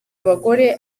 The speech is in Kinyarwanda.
abagore